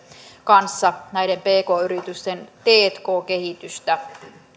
kanssa näiden pk yritysten tk kehityksessä